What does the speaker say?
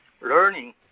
learning